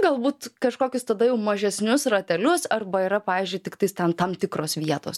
galbūt kažkokius tada jau mažesnius ratelius arba yra pavyzdžiui tiktais ten tam tikros vietos